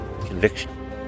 conviction